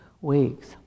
weeks